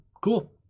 Cool